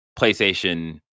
PlayStation